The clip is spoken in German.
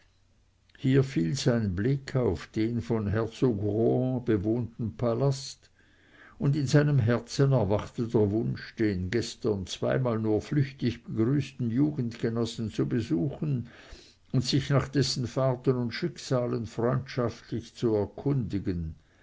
hier fiel sein blick auf den von herzog rohan bewohnten palast und in seinem herzen erwachte der wunsch den gestern zweimal nur flüchtig begrüßten jugendgenossen zu besuchen und sich nach dessen fahrten und schicksalen freundschaftlich zu erkundigen